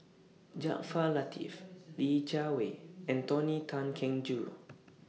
Jaafar Latiff Li Jiawei and Tony Tan Keng Joo